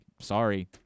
sorry –